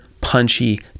punchy